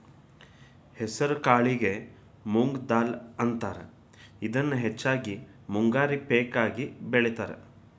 ಹೆಸರಕಾಳಿಗೆ ಮೊಂಗ್ ದಾಲ್ ಅಂತಾರ, ಇದನ್ನ ಹೆಚ್ಚಾಗಿ ಮುಂಗಾರಿ ಪೇಕ ಆಗಿ ಬೆಳೇತಾರ